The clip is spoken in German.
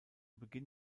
beginn